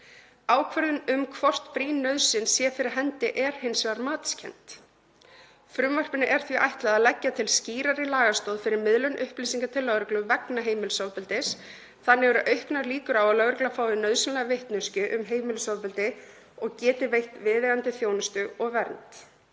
Ákvörðun um hvort brýn nauðsyn sé fyrir hendi er hins vegar matskennd. Frumvarpinu er því ætlað að leggja til skýrari lagastoð fyrir miðlun upplýsinga til lögreglu vegna heimilisofbeldis. Þannig eru auknar líkur á að lögregla fái nauðsynlega vitneskju um heimilisofbeldi og geti veitt viðeigandi þjónustu og vernd.